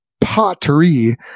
pottery